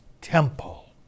temple